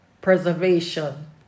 preservation